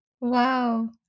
Wow